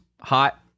hot